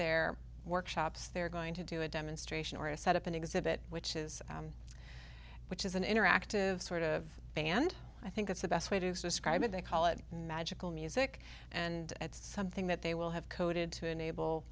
their workshops they're going to do a demonstration or set up an exhibit which is which is an interactive sort of thing and i think that's the best way to subscribe they call it magical music and that's something that they will have coded to enable